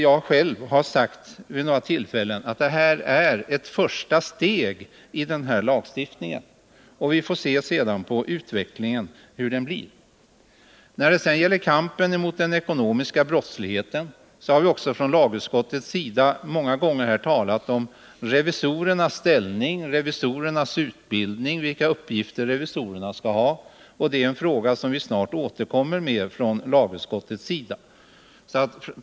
Jag har emellertid vid några tillfällen sagt att detta är ett första steg i lagstiftningen, och vi får se hur utvecklingen blir. När det gäller kampen mot den ekonomiska brottsligheten har vi från lagutskottets sida många gånger talat om revisorernas ställning, deras utbildning och vilka uppgifter de skall ha. Den frågan återkommer vi snart till från lagutskottet.